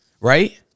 Right